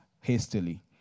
hastily